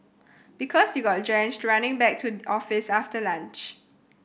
because you got drenched running back to office after lunch